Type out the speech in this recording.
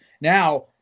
Now